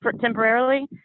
temporarily